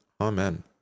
Amen